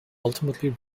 ultimately